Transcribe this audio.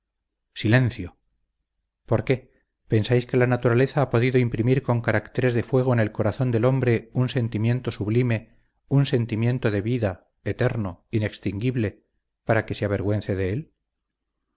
silencio por qué pensáis que la naturaleza ha podido imprimir con caracteres de fuego en el corazón del hombre un sentimiento sublime un sentimiento de vida eterno inextinguible para que se avergüence de él